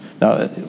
now